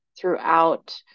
throughout